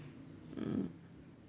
mm